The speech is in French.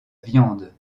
viande